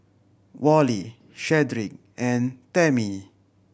Wally Shedrick and Tammy